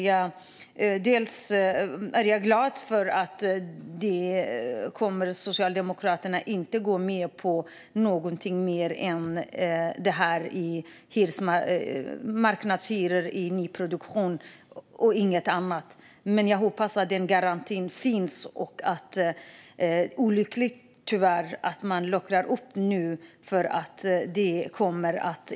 Jag är glad för att Socialdemokraterna inte kommer att gå med på något mer än marknadshyror i nyproduktion, men jag hoppas att det finns en garanti för det. Det är olyckligt att man nu luckrar upp detta.